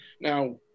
now